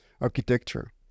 architecture